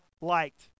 liked